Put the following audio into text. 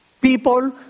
People